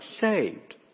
saved